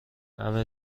همه